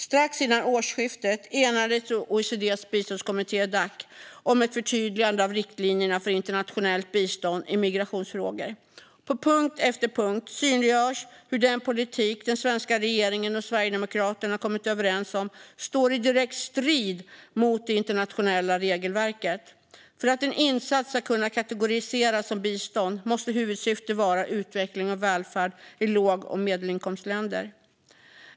Strax innan årsskiftet enades OECD:s biståndskommitté Dac om ett förtydligande av riktlinjerna för internationellt bistånd i migrationsfrågor. På punkt efter punkt synliggörs hur den politik den svenska regeringen och Sverigedemokraterna kommit överens om står i direkt strid mot det internationella regelverket. För att en insats ska kunna kategoriseras som bistånd måste huvudsyftet vara utveckling och välfärd i låg och medelinkomstländer.